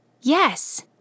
Yes